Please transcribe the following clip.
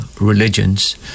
religions